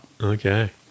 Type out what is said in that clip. Okay